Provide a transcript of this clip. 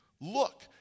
Look